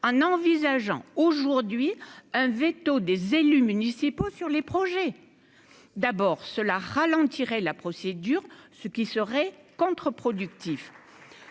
en envisageant aujourd'hui un véto des élus municipaux sur les projets d'abord cela ralentirait la procédure, ce qui serait contre-productif.